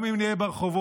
גם אם נהיה ברחובות,